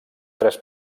tres